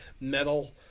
metal